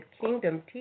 kingdom